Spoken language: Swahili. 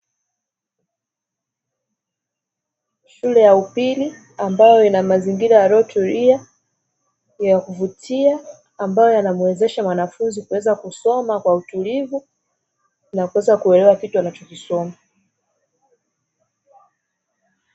Shule ya upili ambayo ina mazingira yaliyotulia ya kuvutia, ambayo yanamuwezesha mwanafunzi kuweza kusoma kwa utulivu, na kuweza kuelewa kitu anachokisoma.